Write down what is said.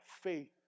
faith